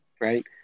right